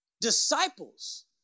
Disciples